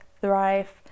thrive